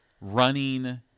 running